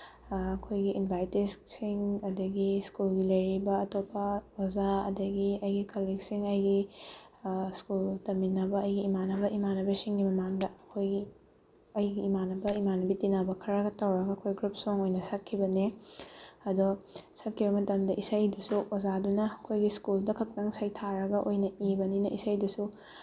ꯑꯩꯈꯣꯏꯒꯤ ꯏꯟꯚꯥꯏꯇꯤꯁꯁꯤꯡ ꯑꯗꯒꯤ ꯁ꯭ꯀꯨꯜꯒꯤ ꯂꯩꯔꯤꯕ ꯑꯇꯣꯞꯄ ꯑꯣꯖꯥ ꯑꯗꯒꯤ ꯑꯩꯒꯤ ꯀꯂꯤꯛꯁꯤꯡ ꯑꯩꯒꯤ ꯁ꯭ꯀꯨꯜ ꯇꯝꯃꯤꯟꯅꯕ ꯑꯩꯒꯤ ꯏꯃꯥꯟꯅꯕ ꯏꯃꯥꯟꯅꯕꯤꯁꯤꯡꯒꯤ ꯃꯃꯥꯡꯗ ꯑꯩꯈꯣꯏꯒꯤ ꯑꯩꯒꯤ ꯏꯃꯥꯟꯅꯕ ꯏꯃꯥꯟꯅꯕꯤ ꯇꯤꯟꯅꯕ ꯈꯔꯒ ꯇꯧꯔꯒ ꯑꯩꯈꯣꯏ ꯒ꯭ꯔꯨꯞ ꯁꯣꯡ ꯑꯣꯏꯅ ꯁꯛꯈꯤꯕꯅꯦ ꯑꯗꯣ ꯁꯛꯈꯤꯕ ꯃꯇꯝꯗ ꯏꯁꯩꯗꯨꯁꯨ ꯑꯣꯖꯥꯗꯨꯅ ꯑꯩꯈꯣꯏꯒꯤ ꯁ꯭ꯀꯨꯜꯗ ꯈꯛꯇꯪ ꯁꯩꯊꯥꯔꯒ ꯑꯣꯏꯅ ꯏꯕꯅꯤꯅ ꯏꯁꯩꯗꯨꯁꯨ